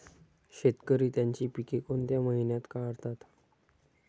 शेतकरी त्यांची पीके कोणत्या महिन्यात काढतात?